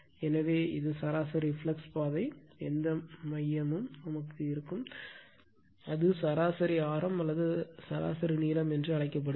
எனவே இது சராசரி ஃப்ளக்ஸ் பாதை எந்த மையமும் எடுக்கும் அது சராசரி ஆரம் அல்லது சராசரி நீளம் என்று அழைக்கப்படும்